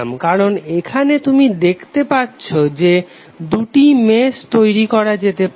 কারণ এখানে তুমি দেখতে পাচ্ছো যে দুটি মেশ তৈরি করা যেতে পারে